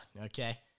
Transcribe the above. okay